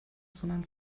sondern